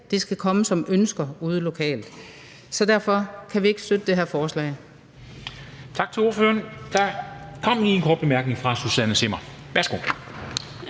Det skal komme som ønsker ude lokalt, så derfor kan vi ikke støtte det her forslag.